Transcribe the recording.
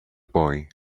boy